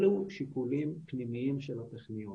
אלה שיקולים פנימיים של הטכניון,